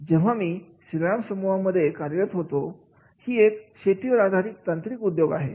जेव्हा मी श्रीराम समूहामध्ये कार्यरत होतो ही एक शेतीवर आधारित तांत्रिक उद्योग आहे